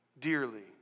dearly